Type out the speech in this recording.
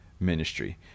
ministry